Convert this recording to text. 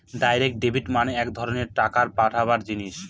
direct debit মানে এক ধরনের টাকা পাঠাবার জিনিস